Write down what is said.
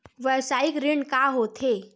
व्यवसायिक ऋण का होथे?